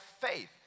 faith